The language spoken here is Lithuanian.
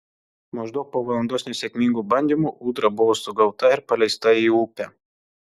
maždaug po valandos nesėkmingų bandymų ūdra buvo sugauta ir paleista į upę